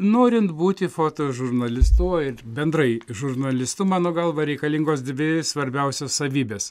norint būti fotožurnalistu o ir bendrai žurnalistu mano galva reikalingos dvi svarbiausios savybės